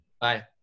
Bye